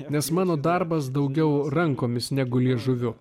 nes mano darbas daugiau rankomis negu liežuviu